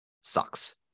sucks